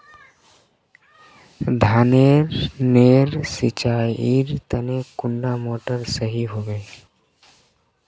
धानेर नेर सिंचाईर तने कुंडा मोटर सही होबे?